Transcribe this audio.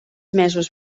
mesos